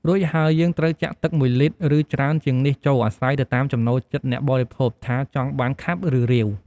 រួចហើយ យើងត្រូវចាក់ទឹក១លីត្រ ឬច្រើនជាងនេះចូល អាស្រ័យទៅតាមចំណូលចិត្តអ្នកបរិភោគ ថាចង់បានខាប់ ឬ រាវ។